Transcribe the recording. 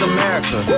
America